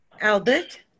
Albert